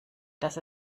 dass